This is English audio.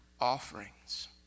offerings